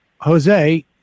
Jose